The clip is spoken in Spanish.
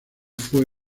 fue